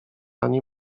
ani